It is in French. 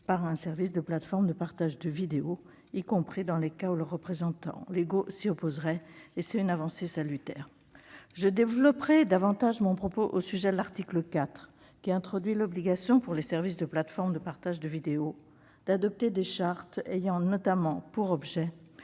par un service de plateforme de partage de vidéos, y compris dans le cas où leurs représentants légaux s'y opposeraient. C'est une avancée salutaire. Je concentrerai mon propos sur l'article 4, qui introduit l'obligation, pour les services de plateforme de partage de vidéos, d'adopter des chartes ayant notamment pour objet